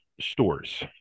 stores